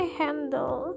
handle